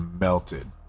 melted